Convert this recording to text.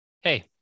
hey